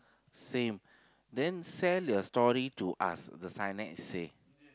same then sell your story to us the signage say